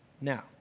Now